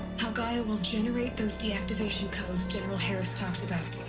how gaia will generate those deactivation codes general herres talked about.